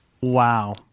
Wow